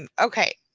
and okay,